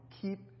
keep